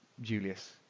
Julius